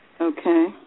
Okay